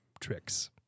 tricks